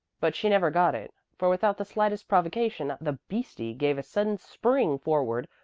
but she never got it, for without the slightest provocation the beastie gave a sudden spring forward,